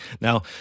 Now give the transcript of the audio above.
Now